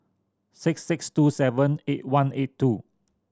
six six two seven eight one eight two